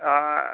অঁ